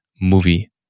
movie